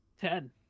Ten